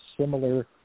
similar